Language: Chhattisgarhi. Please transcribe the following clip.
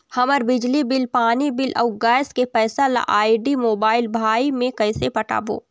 हमर बिजली बिल, पानी बिल, अऊ गैस के पैसा ला आईडी, मोबाइल, भाई मे कइसे पटाबो?